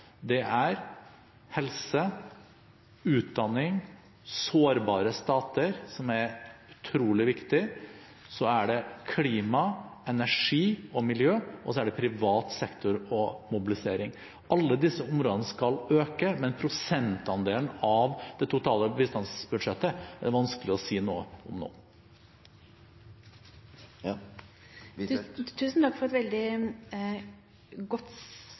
er helse, utdanning, sårbare stater – som er utrolig viktig – så er det klima, energi og miljø, og så er det privat sektor og mobilisering. Alle disse områdene skal få økning, men prosentandelen av det totale bistandsbudsjettet er det vanskelig å si noe om nå. Tusen takk for et veldig godt